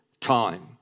time